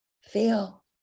feel